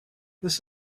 this